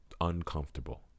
uncomfortable